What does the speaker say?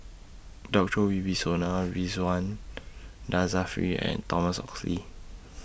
Djoko Wibisono Ridzwan Dzafir and Thomas Oxley